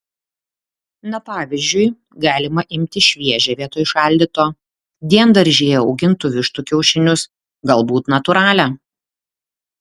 na pavyzdžiui galima imti šviežią vietoj šaldyto diendaržyje augintų vištų kiaušinius galbūt natūralią